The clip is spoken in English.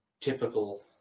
typical